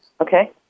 Okay